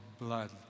blood